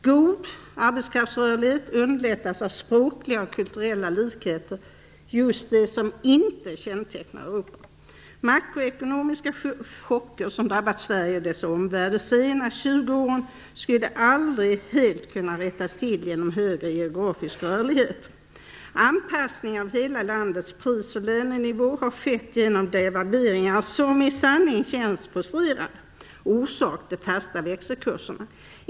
God arbetskraftsrörlighet underlättas av språkliga och kulturella likheter - just det som inte kännetecknar Makroekonomiska chocker som drabbat Sverige och dess omvärld de senaste 20 åren skulle aldrig helt kunnat rättas till genom högre geografisk rörlighet, genom arbetskraftsutvandring. Anpassning av hela landets pris och lönenivå har skett genom devalveringar, som känts frustrerande. Orsaken är de fasta växelkurserna.